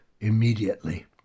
immediately